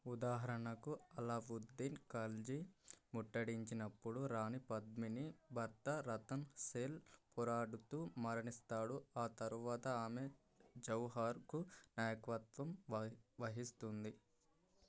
ఉదాహరణకు అలావుద్దీన్ ఖల్జీ ముట్టడించినప్పుడు రాణి పద్మిని భర్త రతన్ సెల్ పోరాడుతూ మరణిస్తాడు ఆ తరువాత ఆమె జౌహార్కు నాయకత్వం వహి వహిస్తుంది